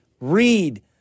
read